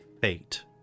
fate